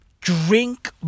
Drink